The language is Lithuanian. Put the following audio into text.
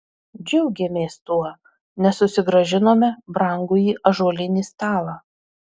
džiaugėmės tuo nes susigrąžinome brangųjį ąžuolinį stalą